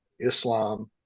Islam